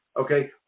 okay